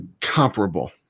comparable